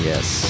Yes